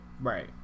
Right